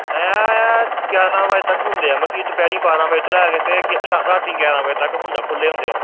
ਐ ਗਿਆਰਾਂ ਵਜੇ ਤੱਕ ਹੁੰਦੇ ਆ ਮਤਲਬ ਕਿ ਦੁਪਹਿਰ ਬਾਰਾਂ ਵਜੇ ਤੋਂ ਲੈ ਕੇ ਤਾਂ ਗੇ ਸ਼ਾ ਰਾਤੀਂ ਗਿਆਰਾਂ ਵਜੇ ਤੱਕ ਹੁੰਦਾ ਖੁੱਲ੍ਹੇ ਹੁੰਦੇ ਆ